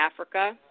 Africa